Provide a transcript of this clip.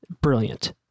brilliant